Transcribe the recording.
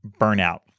burnout